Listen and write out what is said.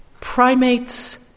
Primates